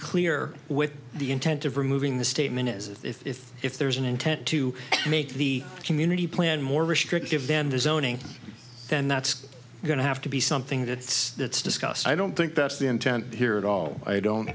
clear with the intent of removing the statement is if if if there's an intent to make the community plan more restrictive than the zoning then that's going to have to be something that's that's discussed i don't think that's the intent here at all i don't